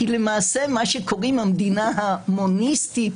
היא למעשה מה שקוראים המדינה המוניסטית,